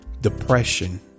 depression